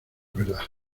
verdad